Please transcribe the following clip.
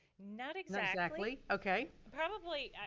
not exactly, okay! probably